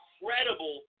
incredible